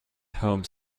home